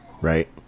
right